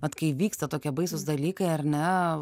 vat kai vyksta tokie baisūs dalykai ar ne